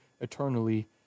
eternally